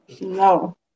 No